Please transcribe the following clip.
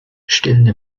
stillende